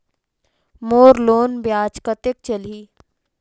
मोर loan ब्याज कतेक चलही?